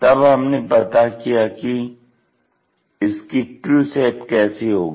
तब हमने पता किया कि इसकी ट्रू शेप कैसी होगी